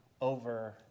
over